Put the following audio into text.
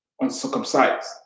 uncircumcised